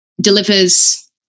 delivers